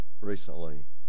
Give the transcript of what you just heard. recently